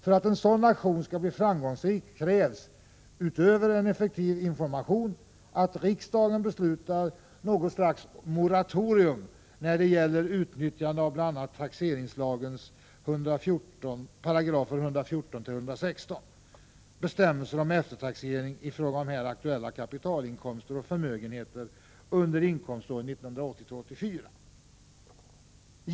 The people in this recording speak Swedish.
För att en sådan aktion skall bli framgångsrik krävs, utöver en effektiv information, att riksdagen beslutar om något slags moratorium när det gäller utnyttjande av bl.a. taxeringslagens §§ 114-116, bestämmelser om eftertaxering i fråga om här aktuella kapitalinkomster och förmögenhet under inkomståren 1980-1984.